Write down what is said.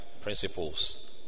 principles